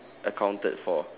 accounted for